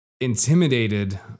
intimidated